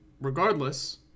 Regardless